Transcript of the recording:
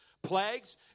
plagues